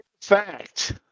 Fact